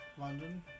London